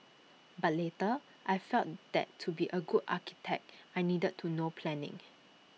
but later I felt that to be A good architect I needed to know planning